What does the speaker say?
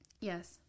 Yes